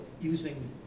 using